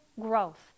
growth